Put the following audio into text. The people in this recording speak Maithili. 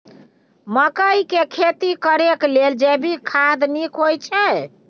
मकई के खेती करेक लेल जैविक खाद नीक होयछै?